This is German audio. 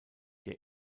der